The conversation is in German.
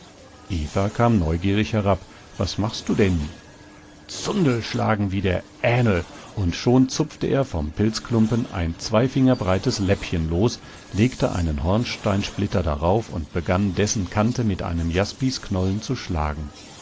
kam neugierig herab was machst du denn zundelschlagen wie der ähnl und schon zupfte er vom pilzklumpen ein zwei finger breites läppchen los legte einen hornsteinsplitter darauf und begann dessen kante mit einem jaspisknollen zu schlagen